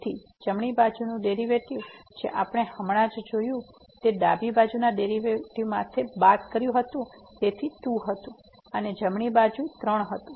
તેથી જમણી બાજુનું ડેરીવેટીવ જે આપણે હમણાં જ જોયું છે તે ડાબી બાજુ ડેરીવેટીવ માંથી બાદ કરી હતી તેથી 2 હતી અને જમણી બાજુ 3 હતી